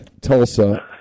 Tulsa